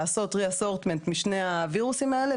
לעשות re-assortment משני הווירוסים האלה